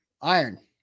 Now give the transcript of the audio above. Iron